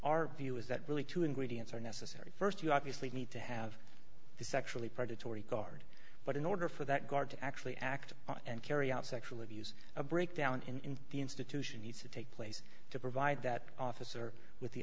our view is that really two ingredients are necessary st you obviously need to have the sexually predatory guard but in order for that guard to actually act and carry out sexual abuse a breakdown in the institution needs to take place to provide that officer with the